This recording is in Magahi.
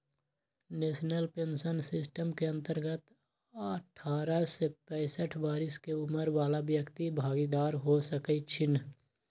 नेशनल पेंशन सिस्टम के अंतर्गत अठारह से पैंसठ बरिश के उमर बला व्यक्ति भागीदार हो सकइ छीन्ह